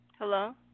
Hello